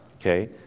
okay